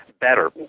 better